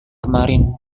kemarin